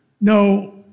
No